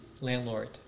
landlord